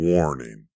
Warning